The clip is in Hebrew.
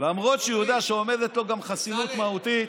למרות שהוא יודע שעומדת לו גם חסינות מהותית,